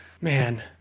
Man